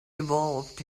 evolved